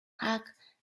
park